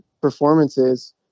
performances